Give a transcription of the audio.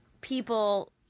people